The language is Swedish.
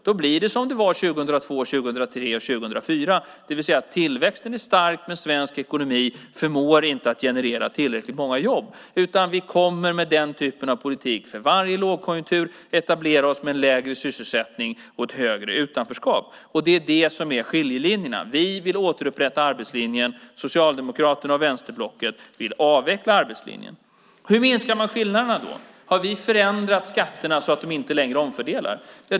Då blir det som det var 2002, 2003 och 2004, det vill säga att tillväxten är stark, men svensk ekonomi förmår inte att generera tillräckligt många jobb. Vi kommer med den typen av politik att för varje lågkonjunktur etablera oss med lägre sysselsättning och större utanförskap. Det är det som är skillnaden. Vi vill återupprätta arbetslinjen. Socialdemokraterna och vänsterblocket vill avveckla arbetslinjen. Hur minskar man skillnaderna då? Har vi förändrat skatterna så att de inte längre omfördelar?